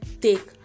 take